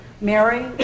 Mary